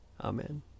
Amen